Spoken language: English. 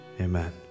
Amen